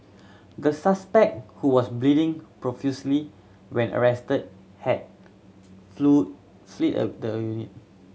the suspect who was bleeding profusely when arrested had fled of the unit